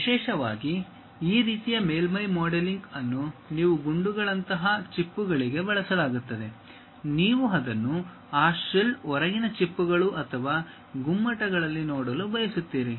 ವಿಶೇಷವಾಗಿ ಈ ರೀತಿಯ ಮೇಲ್ಮೈ ಮಾಡೆಲಿಂಗ್ ಅನ್ನು ನೀವು ಗುಂಡುಗಳಂತಹ ಚಿಪ್ಪುಗಳಿಗೆ ಬಳಸಲಾಗುತ್ತದೆ ನೀವು ಅದನ್ನು ಆ ಶೆಲ್ ಹೊರಗಿನ ಚಿಪ್ಪುಗಳು ಅಥವಾ ಗುಮ್ಮಟಗಳಲ್ಲಿ ನೋಡಲು ಬಯಸುತ್ತೀರಿ